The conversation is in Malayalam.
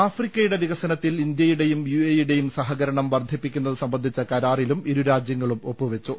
ആഫ്രിക്കയുടെ വികസനത്തിൽ ഇന്ത്യയു ടെയും യു എ ഇയുടെയും സഹകരണം വർദ്ധിപ്പിക്കുന്നത് സംബന്ധിച്ച കരാ റിലും ഇരുരാജ്യങ്ങളും ഒപ്പുവെച്ചു